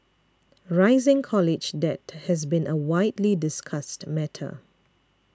rising college debt has been a widely discussed matter